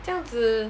这样子